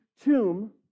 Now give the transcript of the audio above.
tomb